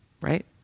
right